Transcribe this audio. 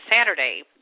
Saturday